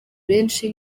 benshi